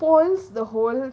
spoils the whole thing